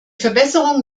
verbesserung